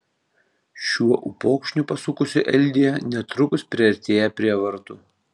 šiuo upokšniu pasukusi eldija netrukus priartėja prie vartų